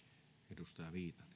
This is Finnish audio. arvoisa